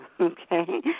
okay